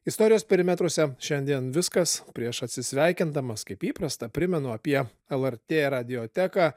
istorijos perimetruose šiandien viskas prieš atsisveikindamas kaip įprasta primenu apie lrt radioteką